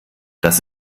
das